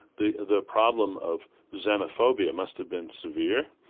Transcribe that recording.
the the problem of xenophobia must have been severe.